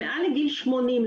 שמעל לגיל שמונים,